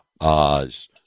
Oz